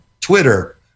Twitter